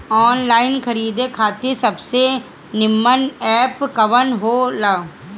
Online खरीदे खातिर सबसे नीमन एप कवन हो ला?